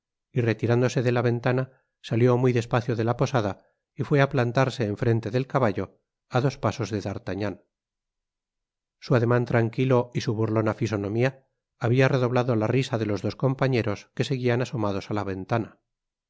y retirándose de la ventana salió muy despacio de la posada y fué á plantarse en frente del caballo á dos pasos de d'artagnan su ademan tranquilo y su burlona fisonomia habia redoblado la risa de los dos compañeros que seguian asomados á la ventana